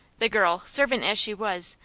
the girl, servant as she was,